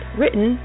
written